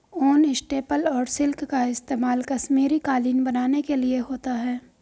ऊन, स्टेपल और सिल्क का इस्तेमाल कश्मीरी कालीन बनाने के लिए होता है